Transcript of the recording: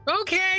Okay